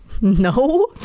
no